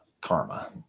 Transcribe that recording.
karma